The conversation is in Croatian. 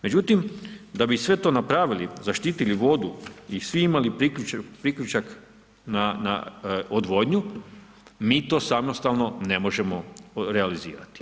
Međutim, da bi sve to napravili, zaštitili vodu i svi imali priključak na odvodnju mi to samostalno ne možemo realizirati.